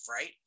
right